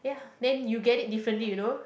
then you get it differently you know